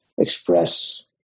express